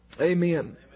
Amen